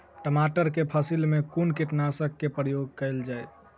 टमाटर केँ फसल मे कुन कीटनासक केँ प्रयोग कैल जाय?